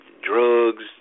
drugs